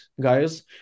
guys